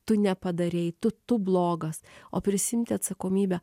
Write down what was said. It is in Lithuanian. tu nepadarei tu tu blogas o prisiimti atsakomybę